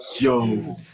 Yo